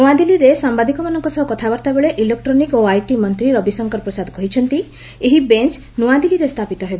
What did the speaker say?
ନୂଆଦିଲ୍ଲୀରେ ସାମ୍ବାଦିକମାନଙ୍କ ସହ କଥାବାର୍ତ୍ତାବେଳେ ଇଲେକ୍ଟ୍ରୋନିକ୍ୱ ଓ ଆଇଟି ମନ୍ତ୍ରୀ ରବିଶଙ୍କର ପ୍ରସାଦ କହିଛନ୍ତି ଏହି ବେଞ୍ଚ ନୂଆଦିଲ୍ଲୀରେ ସ୍ଥାପିତ ହେବ